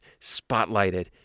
spotlighted